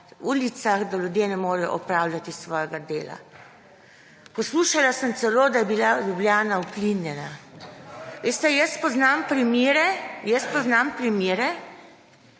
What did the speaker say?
ulicah, da ljudje ne morejo opravljati svojega dela. Poslušala sem celo, da je bila Ljubljana uplinjena. Veste, jaz poznam primere, ko so gospe